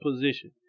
position